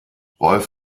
rolf